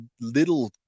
little